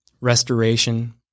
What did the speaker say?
restoration